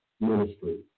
ministry